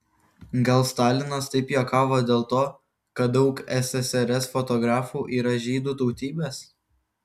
gal stalinas taip juokavo dėl to kad daug ssrs fotografų yra žydų tautybės